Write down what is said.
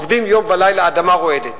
עובדים יום ולילה, האדמה רועדת.